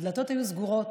הדלתות היו סגורות.